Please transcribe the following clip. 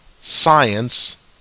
science